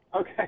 Okay